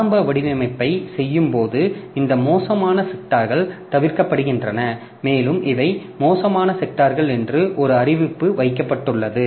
ஆரம்ப வடிவமைப்பைச் செய்யும்போது இந்த மோசமான செக்டார்கள் தவிர்க்கப்படுகின்றன மேலும் இவை மோசமான செக்டார்கள் என்று ஒரு அறிவிப்பு வைக்கப்பட்டுள்ளது